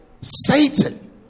Satan